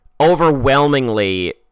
overwhelmingly